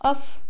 off